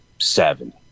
seven